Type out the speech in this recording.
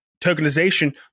tokenization